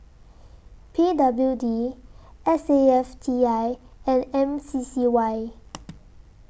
P W D S A F T I and M C C Y